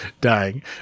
dying